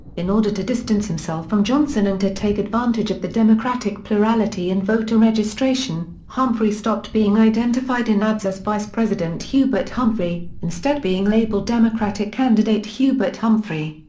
in order to distance himself from johnson and to take advantage of the democratic plurality in voter registration, humphrey stopped being identified in ads as vice-president hubert humphrey, instead being labelled democratic candidate hubert humphrey.